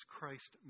Christ